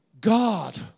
God